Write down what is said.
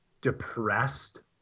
depressed